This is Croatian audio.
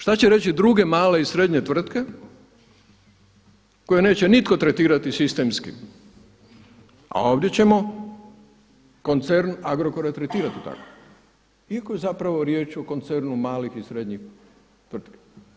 Šta će reći druga mali i srednje tvrtke koje neće nitko tretirati sistemski, a ovdje ćemo koncern Agrokora tretirati tako, iako je zapravo riječ o koncernu malih i srednjih tvrtki.